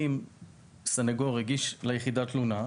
אם סניגור הגיש ליחידה תלונה,